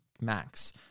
max